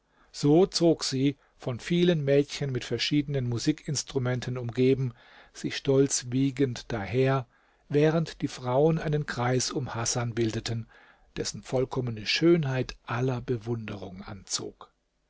so zog sie von vielen mädchen mit verschiedenen musik instrumenten umgeben sich stolz wiegend daher während die frauen einen kreis um hasan bildeten dessen vollkommene schönheit aller bewunderung anzog